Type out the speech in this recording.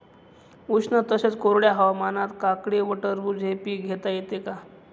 उष्ण तसेच कोरड्या हवामानात काकडी व टरबूज हे पीक घेता येते का?